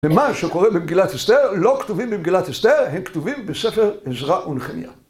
ומה שקורה במגילת אסתר לא כתובים במגילת אסתר, הם כתובים בספר עזרא ונחמיה.